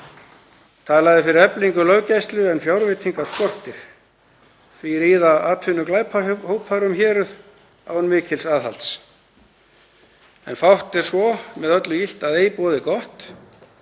Talað er fyrir eflingu löggæslu en fjárveitingar skortir. Því ríða atvinnuglæpahópar um héruð án mikils aðhalds. En fátt er svo með öllu illt að ei boði gott.